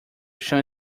chão